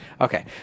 Okay